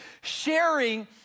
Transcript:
sharing